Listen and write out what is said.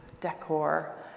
decor